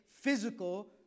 physical